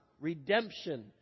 redemption